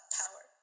power